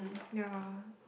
ya